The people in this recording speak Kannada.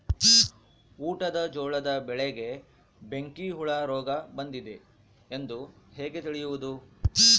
ಊಟದ ಜೋಳದ ಬೆಳೆಗೆ ಬೆಂಕಿ ಹುಳ ರೋಗ ಬಂದಿದೆ ಎಂದು ಹೇಗೆ ತಿಳಿಯುವುದು?